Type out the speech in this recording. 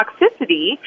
toxicity